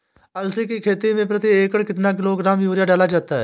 अलसी की खेती में प्रति एकड़ कितना किलोग्राम यूरिया डाला जाता है?